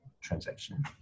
transaction